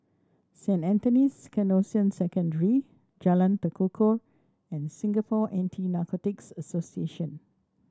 Saint Anthony's Canossian Secondary Jalan Tekukor and Singapore Anti Narcotics Association